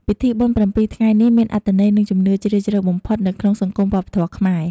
ពិធីបុណ្យប្រាំពីរថ្ងៃមានអត្ថន័យ និងជំនឿជ្រាលជ្រៅបំផុតនៅក្នុងសង្គមវប្បធម៌ខ្មែរ។